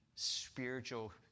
spiritual